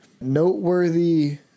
noteworthy